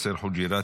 יאסר חוג'יראת,